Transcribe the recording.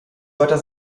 wörter